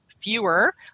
fewer